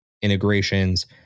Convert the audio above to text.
integrations